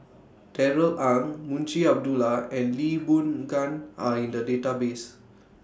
Darrell Ang Munshi Abdullah and Lee Boon Ngan Are in The Database